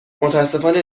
متأسفانه